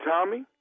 Tommy